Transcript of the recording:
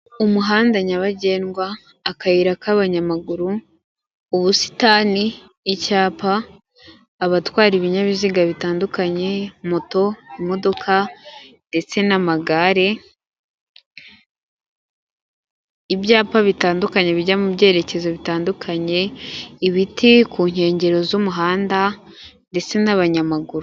Umuhanda nyabagendwa, akayira k'abanyamaguru, ubusitani, icyapa abatwara ibinyabiziga bitandukanye, moto, imodoka n'amagare, ibyapa bitandukanye bijya mu byerekezo bitandukanye, ibiti ku nkengero z'umuhanda ndetse n'abanyamaguru.